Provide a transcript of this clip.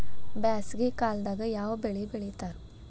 ಬ್ಯಾಸಗಿ ಕಾಲದಾಗ ಯಾವ ಬೆಳಿ ಬೆಳಿತಾರ?